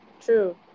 true